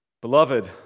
Beloved